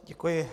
Děkuji.